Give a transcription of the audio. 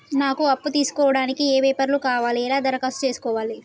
నాకు అప్పు తీసుకోవడానికి ఏ పేపర్లు కావాలి ఎలా దరఖాస్తు చేసుకోవాలి?